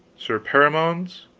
sir perimones,